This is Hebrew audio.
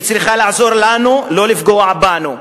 היא צריכה לעזור לנו, לא לפגוע בנו.